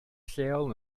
lleol